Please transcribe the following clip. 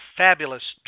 fabulous